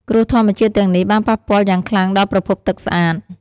គ្រោះធម្មជាតិទាំងនេះបានប៉ះពាល់យ៉ាងខ្លាំងដល់ប្រភពទឹកស្អាត។